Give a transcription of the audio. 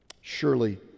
Surely